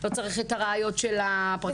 לא צריך את הראיות את הפרקליטות.